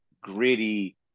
gritty